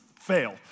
fail